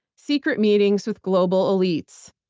secret meetings with global elites.